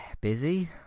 busy